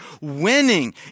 winning